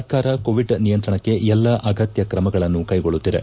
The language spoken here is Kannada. ಸರ್ಕಾರ ಕೋವಿಡ್ ನಿಯಂತಣಕ್ಕೆ ಎಲ್ಲ ಆಗತ್ಯ ತ್ರಮಗಳನ್ನು ಕೈಗೊಳ್ಳುತ್ತಿದೆ